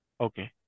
Okay